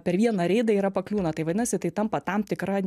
per vieną reidą yra pakliūna tai vadinasi tai tampa tam tikra